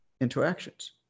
interactions